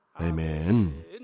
Amen